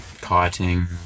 kiting